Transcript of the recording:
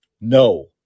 No